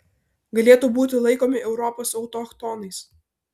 galėtų būti laikomi europos autochtonais